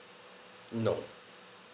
no